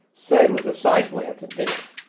said with a side glance at dale.